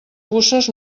puces